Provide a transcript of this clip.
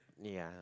ya